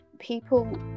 people